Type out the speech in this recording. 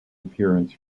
appearance